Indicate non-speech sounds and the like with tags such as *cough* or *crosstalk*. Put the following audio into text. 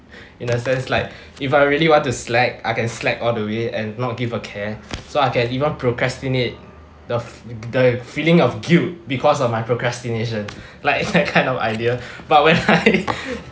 in a sense like if I really want to slack I can slack all the way and not give a care so I can even procrastinate the the feeling of guilt because of my procrastination like it's kind of idea but when *laughs* I